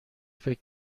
فکر